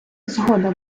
згода